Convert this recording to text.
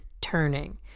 turning